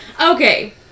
Okay